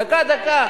דקה, דקה.